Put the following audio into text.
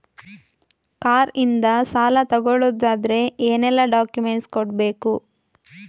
Car ಇಂದ ಸಾಲ ತಗೊಳುದಾದ್ರೆ ಏನೆಲ್ಲ ಡಾಕ್ಯುಮೆಂಟ್ಸ್ ಕೊಡ್ಬೇಕು?